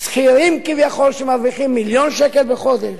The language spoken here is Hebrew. שכירים כביכול שמרוויחים מיליון שקל בחודש.